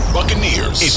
Buccaneers